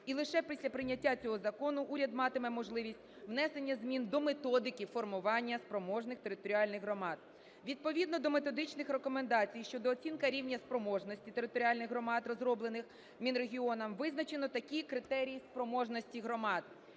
І лише після прийняття цього закону уряд матиме можливість внесення змін до методики формування спроможних територіальних громад. Відповідно до методичних рекомендацій щодо оцінки рівня спроможності територіальних громад, розроблених Мінрегіоном, визначено такі критерії спроможності громад.